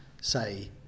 say